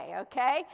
okay